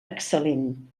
excel·lent